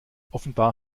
offenbar